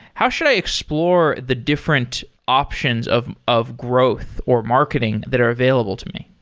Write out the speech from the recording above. how should i explore the different options of of growth or marketing that are available to me?